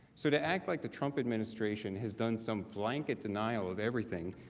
so to act like the trump administration has done some blanket denial of anything,